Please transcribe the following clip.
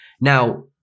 Now